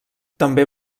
també